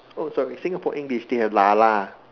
oh sorry Singapore English they have la la